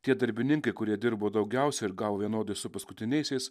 tie darbininkai kurie dirbo daugiausia ir gal vienodai su paskutiniaisiais